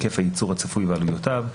היקף הייצור הצפוי ועלויותיו,